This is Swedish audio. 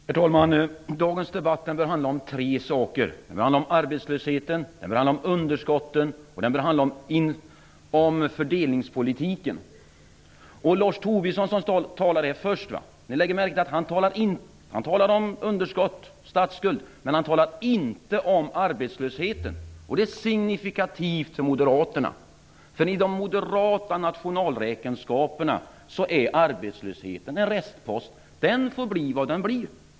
Herr talman! Dagens debatt bör handla om tre saker. Den bör handla om arbetslösheten, om underskotten och om fördelningspolitiken. Lars Tobisson som talade här först i dag talade om underskott och statsskuld men inte om arbetslösheten. Det är signifikativt för Moderaterna. I de moderata nationalräkenskaperna är arbetslösheten en restpost. Den får bli vad den blir.